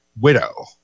Widow